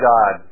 God